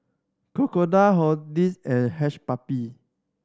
Crocodile Horti and Hush Puppie